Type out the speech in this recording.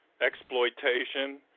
exploitation